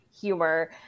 humor